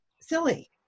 silly